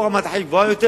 פה רמת החיים גבוהה יותר,